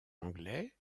anglais